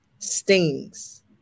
stings